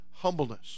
humbleness